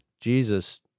jesus